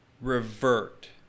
revert